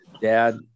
Dad